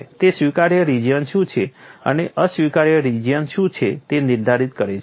તે સ્વીકાર્ય રિજિયન શું છે અને અસ્વીકાર્ય રિજિયન શું છે તે નિર્ધારિત કરે છે